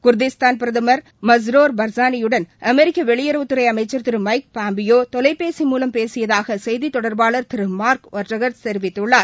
Kurdistan பிரதமர் Masrour பர்சானியுடன் அமெரிக்க வெளியுறவுத்துறை அமைச்சர் திரு மைக் பாம்பியோ தொலைபேசி மூலம் பேசியதாக செய்தி தொடர்பாளர் திரு மார்கன் ஒட்டாகஷ் தெரிவித்துள்ளார்